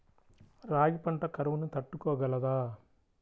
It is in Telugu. రాగి పంట కరువును తట్టుకోగలదా?